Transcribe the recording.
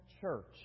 church